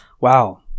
Wow